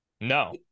No